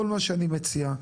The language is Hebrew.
כל מה שאני מציע,